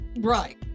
Right